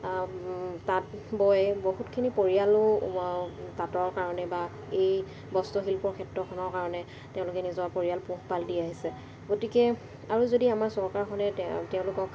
তাঁত বৈ বহুতখিনি পৰিয়ালো তাঁতৰ কাৰণেই বা এই বস্ত্ৰশিল্পৰ ক্ষেত্ৰখনৰ কাৰণে তেওঁলোকে নিজৰ পৰিয়াল পোহপাল দি আহিছে গতিকে আৰু যদি আমাৰ চৰকাৰখনে তেওঁ তেওঁলোকক